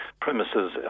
premises